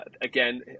Again